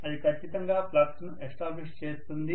అది ఖచ్చితంగా ఫ్లక్స్ ను ఎస్టాబ్లిష్ చేస్తుంది